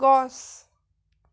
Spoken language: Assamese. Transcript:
গছ